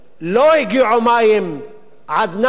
לא הגיעו מים עד נפש,